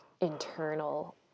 internal